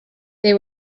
they